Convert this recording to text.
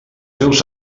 seus